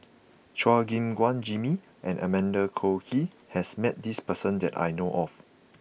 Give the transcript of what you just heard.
Chua Gim Guan Jimmy and Amanda Koe Lee has met this person that I know of